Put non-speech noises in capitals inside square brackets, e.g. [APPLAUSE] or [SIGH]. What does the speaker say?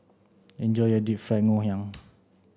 enjoy your deep fried Ngoh Hiang [NOISE]